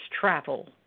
travel